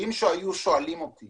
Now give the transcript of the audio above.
שאם היו שואלים אותי